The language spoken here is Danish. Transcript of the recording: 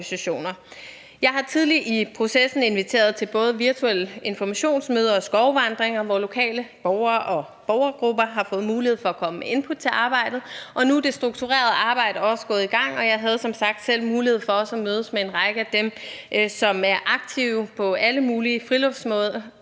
Jeg har tidligt i processen inviteret til både virtuelle informationsmøder og skovvandringer, hvor lokale borgere og borgergrupper har fået mulighed for at komme med input til arbejdet, og nu er det strukturerede arbejde også gået i gang, og jeg havde som sagt selv mulighed for i mandags at mødes med en række af dem, der er aktive på alle mulige friluftsmåder,